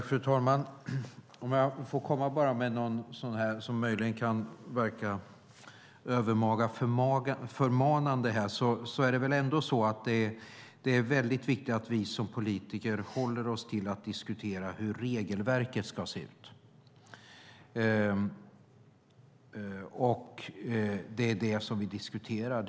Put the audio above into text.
Fru talman! Jag ska komma med något som möjligen kan verka övermaga förmanande: Det är väl ändå så att det är väldigt viktigt att vi som politiker håller oss till att diskutera hur regelverket ska se ut. Det är det vi diskuterar.